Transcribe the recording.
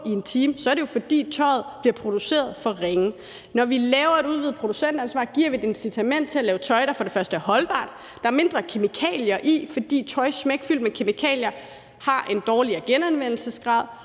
i en time, så er det jo, fordi tøjet bliver produceret for ringe. Når vi laver et udvidet producentansvar, giver vi et incitament til at lave tøj, der for det første er holdbart, som der er færre kemikalier i, fordi tøj smækfyldt med kemikalier har en dårligere genanvendelsesgrad,